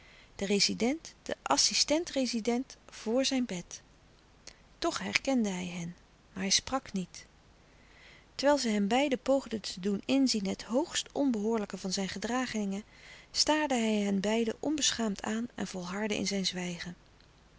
de rezident de assistent-rezident voor zijn bed toch herkende hij hen maar hij sprak niet terwijl zij hem beiden poogden te louis couperus de stille kracht doen inzien het hoogst onbehoorlijke van zijn gedragingen staarde hij henbeiden onbeschaamd aan en volhardde in zijn zwijgen